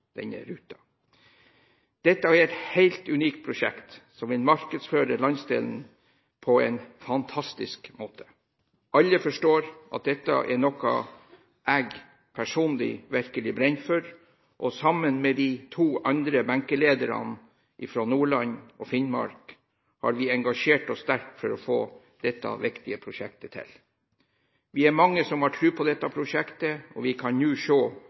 Dette er et helt unikt prosjekt som vil markedsføre landsdelen på en fantastisk måte. Alle forstår at dette er noe jeg personlig virkelig brenner for, og sammen med de to andre benkelederne fra Nordland og Finnmark har vi engasjert oss sterkt for å få dette viktige prosjektet til. Vi er mange som har tro på dette prosjektet, og vi kan nå